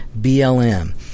BLM